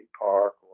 Park